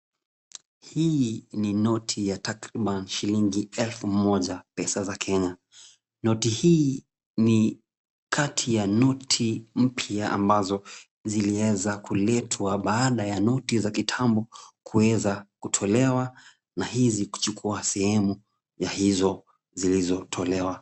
Hii ni noti ya takriban shilingi elfu moja pesa za Kenya. Noti hii ni kati ya noti mpya ambazo ziliweza kuletwa baada ya noti za kitambo kuweza kutolewa na hizi kuchukua sehemu ya hizo zilizotolewa.